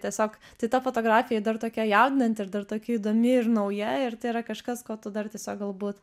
tiesiog tai ta fotografija ji dar tokia jaudinanti ir dar tokia įdomi ir nauja ir tai yra kažkas ko tu dar tiesiog galbūt